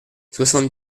soixante